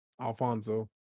Alfonso